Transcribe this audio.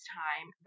time